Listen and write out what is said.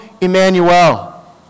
Emmanuel